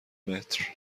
متر